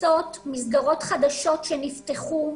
מסגרות חדשות שנפתחו.